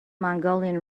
mongolian